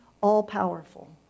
all-powerful